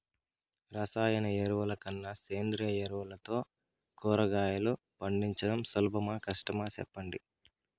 రసాయన ఎరువుల కన్నా సేంద్రియ ఎరువులతో కూరగాయలు పండించడం సులభమా కష్టమా సెప్పండి